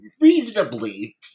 reasonably